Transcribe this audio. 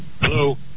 Hello